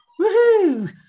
Woohoo